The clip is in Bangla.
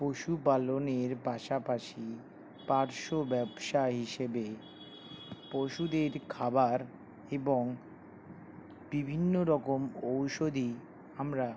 পশুপালনের পাশাপাশি পার্শ্ব ব্যবসা হিসেবে পশুদের খাবার এবং বিভিন্ন রকম ঔষধি আমরা